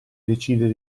decidere